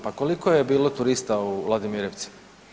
Pa koliko je bilo turista u Ladimirevcima?